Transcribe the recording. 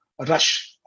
rush